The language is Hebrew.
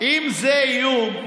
אם זה איום,